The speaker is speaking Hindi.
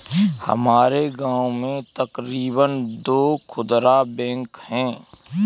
हमारे गांव में तकरीबन दो खुदरा बैंक है